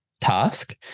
task